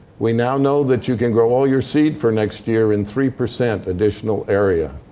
we now know that you can grow all your seed for next year in three percent additional area.